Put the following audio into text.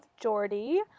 Jordy